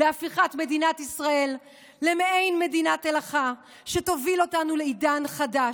להפיכת מדינת ישראל למעין מדינת הלכה שתוביל אותנו לעידן חדש.